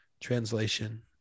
translation